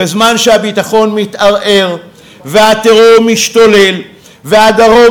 בזמן שהביטחון מתערער והטרור משתולל והדרום